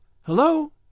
Hello